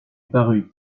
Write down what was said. parut